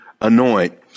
anoint